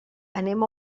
anem